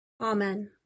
Amen